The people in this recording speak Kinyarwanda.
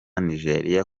nigeria